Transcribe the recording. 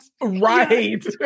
Right